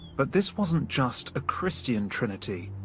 but this wasn't just a christian trinity.